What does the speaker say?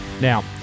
Now